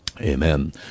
Amen